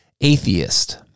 atheist